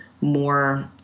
more